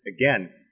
again